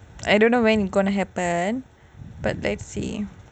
I don't know when it's gonna happen but let's see